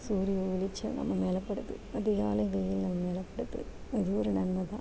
சூரிய வெளிச்சம் நம்ம மேலே படுது அதிகாலை வெயில் நம்ம மேலே படுது அதுவும் ஒரு நன்மை தான்